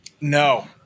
No